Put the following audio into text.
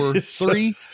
three